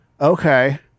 Okay